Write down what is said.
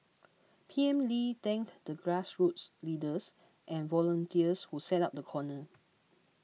P M Lee thanked the grassroots leaders and volunteers who set up the corner